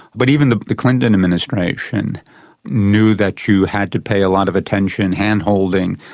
but even the the clinton administration knew that you had to pay a lot of attention, handholding,